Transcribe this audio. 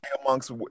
amongst